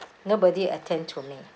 nobody attend to me